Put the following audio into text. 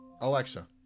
alexa